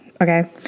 Okay